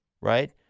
right